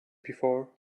before